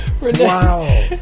wow